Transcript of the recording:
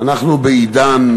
אנחנו בעידן